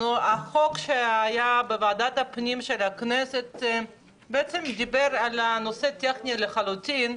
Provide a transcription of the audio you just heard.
החוק שהיה בוועדת הפנים של הכנסת בעצם דיבר על נושא טכני לחלוטין.